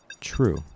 true